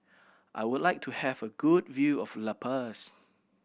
I would like to have a good view of La Paz